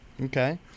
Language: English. Okay